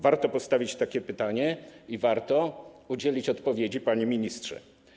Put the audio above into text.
Warto postawić takie pytanie i warto udzielić odpowiedzi, panie ministrze.